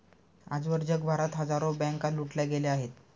आजवर जगभरात हजारो बँका लुटल्या गेल्या आहेत